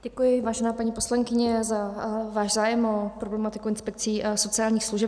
Děkuji, vážená paní poslankyně, za váš zájem o problematiku inspekcí sociálních služeb.